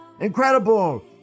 Incredible